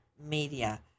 media